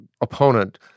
opponent